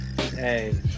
hey